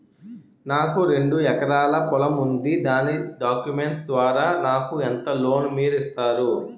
నాకు రెండు ఎకరాల పొలం ఉంది దాని డాక్యుమెంట్స్ ద్వారా నాకు ఎంత లోన్ మీరు ఇస్తారు?